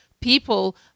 people